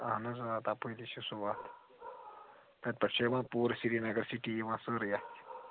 اہَن حظ آ تَپٲری چھِ سُہ وَتھ تَتہِ پٮ۪ٹھ چھِ یوان پوٗرٕ سری نگر سِٹی یوان سٲرٕے اَتھِ